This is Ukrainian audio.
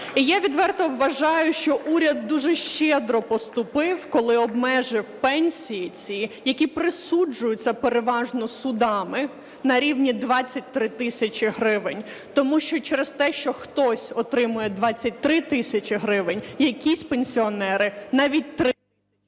І я відверто вважаю, що уряд дуже щедро поступив, коли обмежив пенсії ці, які присуджуються переважно судами, на рівні 23 тисячі гривень, тому що через те, що хтось отримує 23 тисячі гривень, якісь пенсіонери навіть… ГОЛОВУЮЧИЙ.